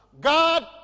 god